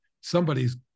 somebody's